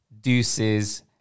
deuces